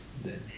then